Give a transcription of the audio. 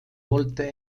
wollte